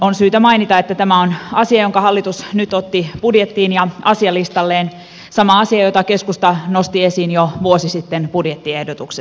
on syytä mainita että tämä on asia jonka hallitus nyt otti budjettiin ja asialistalleen sama asia jonka keskusta nosti esiin jo vuosi sitten budjettiehdotuksessaan